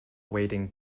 wading